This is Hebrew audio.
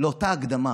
לאותה הקדמה.